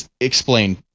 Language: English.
explain